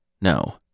No